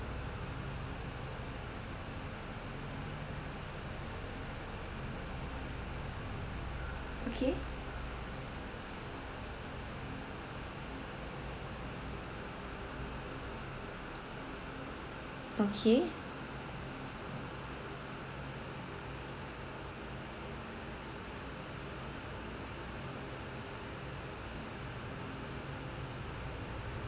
okay okay